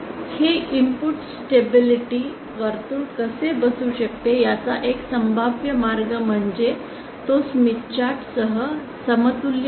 हे input stability वर्तुळ कसे बसू शकते याचा एक संभाव्य मार्ग म्हणजे तो स्मिथ चार्ट सह समतुल्य आहे